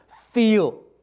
feel